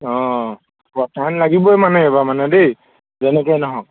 অঁ ফাইন লাগিবই মানে এইবাৰ মানে দেই যেনেকৈয়ে নহওক